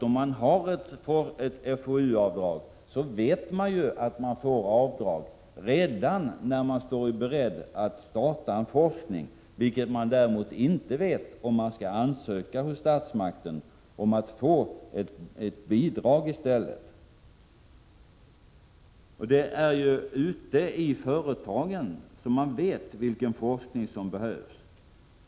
Om man har ett FoU-avdrag vet man ju att man får avdrag redan när man står beredd att starta en forskning, vilket man däremot inte vet om man i stället skall ansöka hos statsmakten om att få ett bidrag. Det är ju ute i företagen som man vet vilken forskning som behövs.